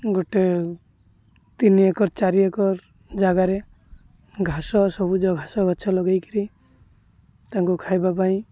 ଗୋଟେ ତିନି ଏକର ଚାରି ଏକର ଜାଗାରେ ଘାସ ସବୁଜ ଘାସ ଘଛ ଲଗାଇ କରି ତାଙ୍କୁ ଖାଇବା ପାଇଁ